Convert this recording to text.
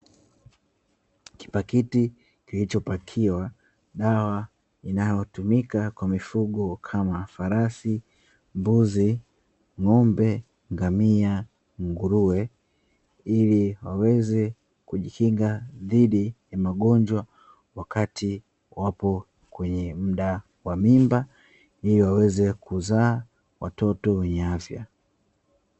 Kipakiti kilichobakiwa nawa inayotumika kwa mifugo kama farasi, mbuzi, ng'ombe, ngamia na nguruwe ili waweze kujikinga dhidi ya magonjwa wakati wapo kwenye muda wa mimba ili waweze kuzaa watoto wenye afya.